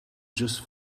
just